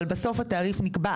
אבל בסוף התעריף נקבע,